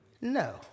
No